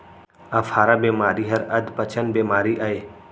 अफारा बेमारी हर अधपचन बेमारी अय